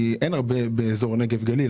כי אין הרבה באזור נגב גליל,